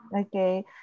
okay